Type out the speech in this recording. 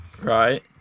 Right